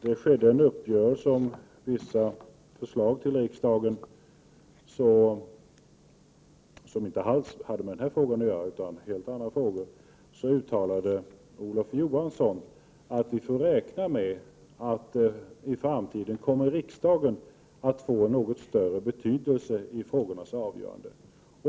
det skedde en uppgörelse om vissa förslag till riksdagen, som inte alls hade med denna fråga att göra utan var helt andra frågor. Då uttalade Olof Johansson att vi får räkna med att riksdagen i framtiden kommer att få en något större betydelse vid frågornas avgörande.